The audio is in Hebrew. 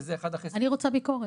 וזה אחד --- אני רוצה ביקורת.